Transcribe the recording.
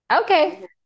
Okay